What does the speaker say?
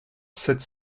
sept